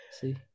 see